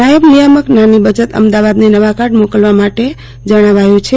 નાયબ નિયામક નાની બચત અમદાવાદનેનવા કાર્ડ મોકલવા માટે અહીં જણાવાયું છે